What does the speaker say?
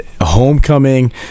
homecoming